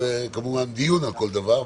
כמובן דיון על כל דבר,